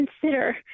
consider